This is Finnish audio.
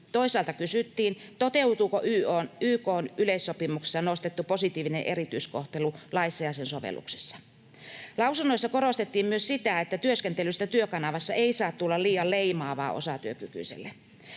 Toisaalta kysyttiin, toteutuuko YK:n yleissopimuksessa nostettu positiivinen erityiskohtelu laissa ja sen sovelluksissa. Lausunnoissa korostettiin myös sitä, että työskentelystä Työkanavassa ei saa tulla liian leimaavaa osatyökykyisille.